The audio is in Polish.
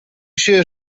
się